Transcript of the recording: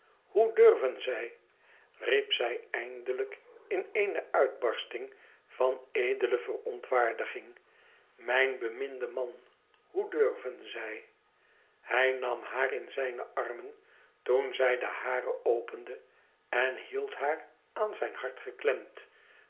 thoe durven zij riep zij eindelijk in eene uitbarsting van edele verontwaardiging mijn beminde man hoe durven zijl hij nam haar in zijne armen toen zij de hare opende en hield haar aan zijn hart geklemd